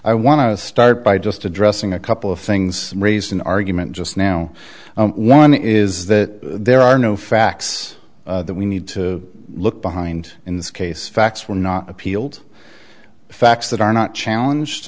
i want to start by just addressing a couple of things raised in argument just now one is that there are no facts that we need to look behind in this case facts were not appealed facts that are not challenged